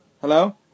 Hello